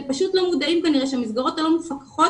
אתם כנראה לא מודעים לכך שמסגרות לא מפוקחות,